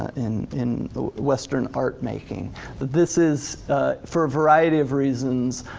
in in western art-making. that this is for a variety of reasons,